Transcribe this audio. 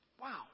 Wow